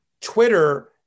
Twitter